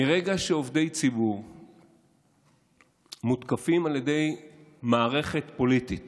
מרגע שעובדי ציבור מותקפים על ידי מערכת פוליטית